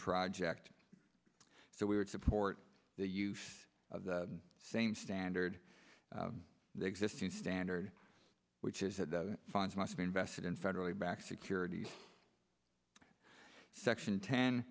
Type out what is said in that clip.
project so we would support the use of the same standard the existing standard which is that the funds must be invested in federally backed securities section ten